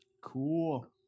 Cool